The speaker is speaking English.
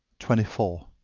twenty four.